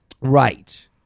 right